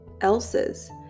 else's